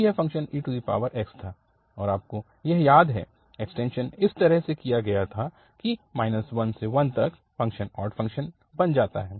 तो यह function ex था और आपको यह याद है एक्सटेंशन इस तरह से किया गया था कि 1 से 1 तक फ़ंक्शन ऑड फ़ंक्शन बन जाता है